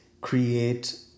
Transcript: create